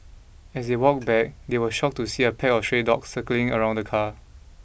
as they walked back they were shocked to see a pack of stray dogs circling around the car